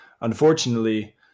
unfortunately